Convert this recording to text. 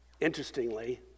Interestingly